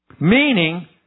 Meaning